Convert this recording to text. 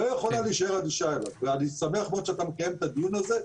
אני שמח מאוד שאתה מקיים אתה דיון הזה,